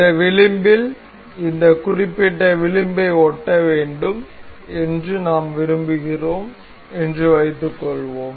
இந்த விளிம்பில் இந்த குறிப்பிட்ட விளிம்பை ஒட்ட வேண்டும் என்று நாம் விரும்புகிறோம் என்று வைத்துக்கொள்வோம்